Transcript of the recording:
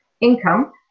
income